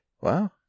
wow